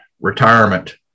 retirement